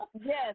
Yes